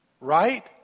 Right